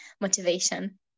motivation